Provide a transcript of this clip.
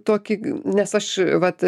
tokį nes aš vat